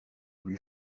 lui